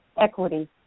equity